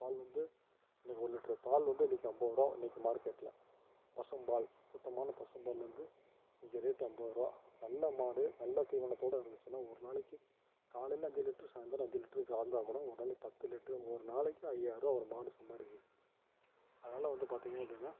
பால் வந்து இன்னிக்கு ஒரு லிட்டரு பால் வந்து இன்னிக்கு அம்பதுரூவா இன்னிக்கு மார்கெட்டில் பசும் பால் சுத்தமான பசும் பால் வந்து இன்னிக்கு ரேட்டு அம்பதுரூவா நல்ல மாடு நல்ல தீவனத்தோடு இருந்துச்சினா ஒரு நாளைக்கு காலையில் அஞ்சு லிட்ரு சாய்ந்திரம் அஞ்சு லிட்ரு கறந்தால் கூட ஒரு நாளைக்கி பத்து லிட்ரு ஒரு நாளைக்கு ஐயாயிரரூவா ஒரு மாடு சம்பாதிக்கிது அதனால் வந்து பார்த்தீங்க அப்படின்னா